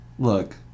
Look